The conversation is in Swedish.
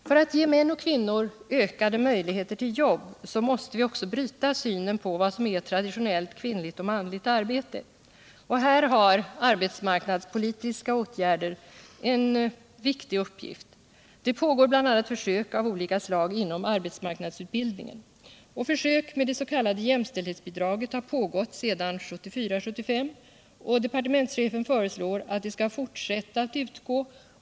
För att ge män och kvinnor ökade möjligheter till jobb måste vi också bryta synen på vad som är traditionellt kvinnligt och manligt arbete. Här har arbetsmarknadspolitiska åtgärder av olika slag en viktig uppgift. Det pågår bl.a. försök av olika slag inom arbetsmarknadsutbildningen. Försök med det s.k. jämställdhetsbidraget har pågått sedan 1974/75, och departementschefen föreslår att stödet skall fortsätta utgå.